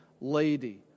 lady